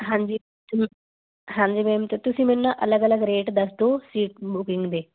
ਹਾਂਜੀ ਹਾਂਜੀ ਮੈਮ ਤੁਸੀਂ ਮੈਨੂੰ ਅਲਗ ਅਲਗ ਰੇਟ ਦੱਸ ਦੋ ਸੀਟ ਬੁਕਿੰਗ ਦੇ